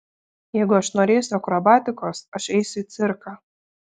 jeigu aš norėsiu akrobatikos aš eisiu į cirką